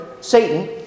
Satan